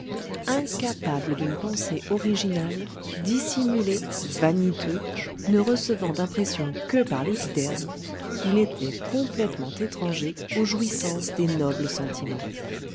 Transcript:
incapable d'une pensée originale dissimulé vaniteux ne recevant d'impression que par l'épiderme il était complétement étranger aux jouissances des nobles sentiments